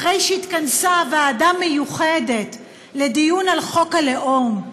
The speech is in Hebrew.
אחרי שהתכנסה ועדה מיוחדת לדיון בחוק הלאום,